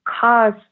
cause